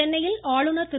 சென்னையில் ஆளுநர் திரு